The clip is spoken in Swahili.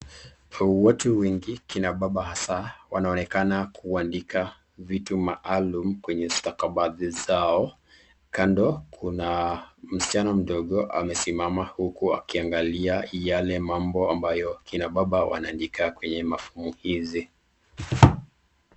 Watu wengi, kina baba hasa wanaonekana kuandika vitu maalum kwenye stakabadhi zao. Kando kuna msichana mdogo amesimama huku akiangalia yale mambo ambayo kina baba wanaandika kwenye mafomu hizi.